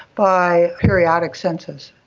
by periodic census.